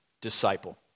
disciple